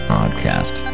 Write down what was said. Podcast